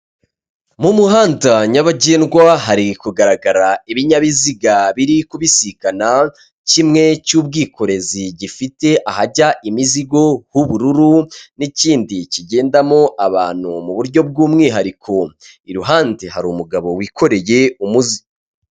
Mu muhanda nyabagendwa hari kugaragara ibinyabiziga biri kubisikana, kimwe cy'ubwikorezi gifite ahajya imizigo h'ubururu n'ikindi kigendamo abantu mu buryo bw'umwihariko, iruhande hari umugabo wikoreye umuzigo.